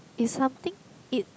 it's something it